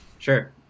Sure